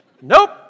Nope